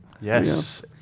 Yes